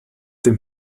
dem